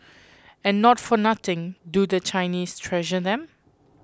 and not for nothing do the Chinese treasure them